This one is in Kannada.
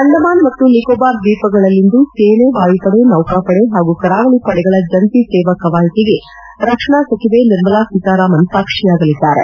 ಅಂಡಮಾನ್ ಮತ್ತು ನಿಕೋಬಾರ್ ದ್ಲೀಪಗಳಲ್ಲಿಂದು ಸೇನೆ ವಾಯುಪಡೆ ನೌಕಾಪಡೆ ಹಾಗೂ ಕರಾವಳಿ ಪಡೆಗಳ ಜಂಟಿ ಸೇನಾ ಕವಾಯತಿಗೆ ರಕ್ಷಣಾ ಸಚಿವೆ ನಿರ್ಮಲಾ ಸೀತಾರಾಮನ್ ಸಾಕ್ಷಿಯಾಗಲಿದ್ದಾರೆ